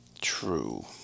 True